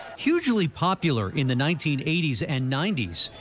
hugely popular in the nineteen eighty s and ninety s,